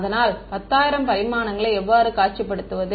அதனால் 10000 பரிமாணங்களை எவ்வாறு காட்சிப்படுத்துவது